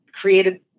created